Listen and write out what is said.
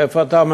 מאיפה אתה?